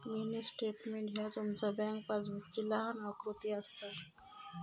mini statement ह्या तुमचा bank पासबुकची लहान आवृत्ती असता